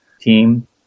team